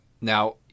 now